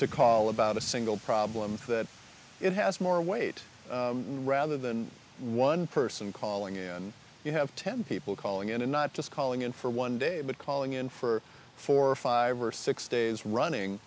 to call about a single problem that it has more weight rather than one person calling and you have ten people calling in and not just calling in for one day but calling in for four or five or six days